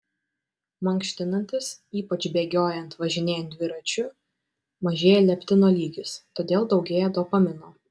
mankštinantis ypač bėgiojant važinėjant dviračiu mažėja leptino lygis todėl daugėja dopamino